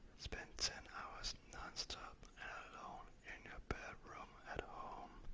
spend ten hours nonstop and alone in your bathroom at